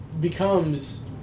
becomes